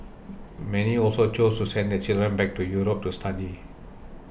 many also chose to send their children back to Europe to study